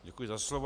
Děkuji za slovo.